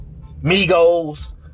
Migos